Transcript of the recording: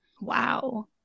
wow